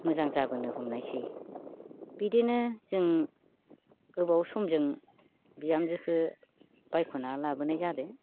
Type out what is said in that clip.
मोजां जाबोनो हमनायसै बिदिनो जों गोबाव समजों बिहामजोखो बायख'ना लाबोनाय जादो